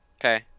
Okay